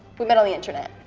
we met on the internet.